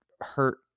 hurt